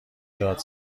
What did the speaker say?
داد